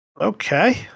Okay